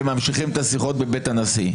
וממשיכים את השיחות בבית הנשיא.